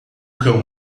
cão